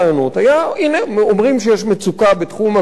היה: הנה אומרים שיש מצוקה בתחום הבנייה,